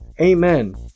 Amen